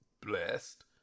Blessed